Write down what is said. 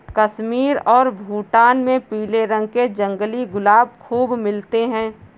कश्मीर और भूटान में पीले रंग के जंगली गुलाब खूब मिलते हैं